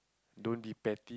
don't depend